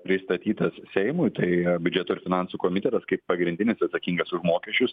pristatytas seimui tai biudžeto ir finansų komitetas kaip pagrindinis atsakingas už mokesčius